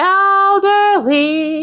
elderly